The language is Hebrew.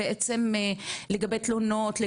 בעצם לגבי תלונות,